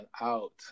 out